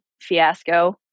fiasco